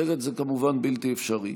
אחרת זה כמובן בלתי אפשרי.